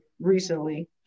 recently